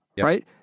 right